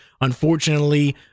Unfortunately